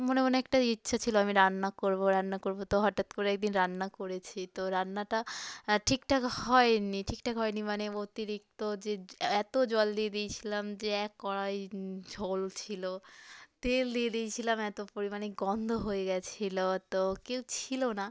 মনে মনে একটা ইচ্ছা ছিল আমি রান্না করব রান্না করব তো হঠাৎ করে একদিন রান্না করেছি তো রান্নাটা ঠিকঠাক হয়নি ঠিকঠাক হয়নি মানে অতিরিক্ত যে এত জল দিয়ে দিয়েছিলাম যে এক কড়াই ঝোল ছিল তেল দিয়ে দিয়েছিলাম এত পরিমাণে গন্ধ হয়ে গিয়েছিল তো কেউ ছিল না